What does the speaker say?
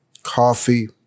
Coffee